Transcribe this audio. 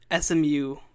SMU